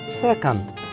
second